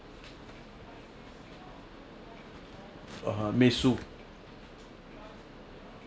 (uh huh) meisu